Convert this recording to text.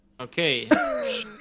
Okay